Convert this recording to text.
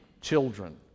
children